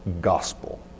gospel